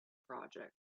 project